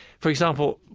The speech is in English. for example,